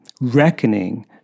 reckoning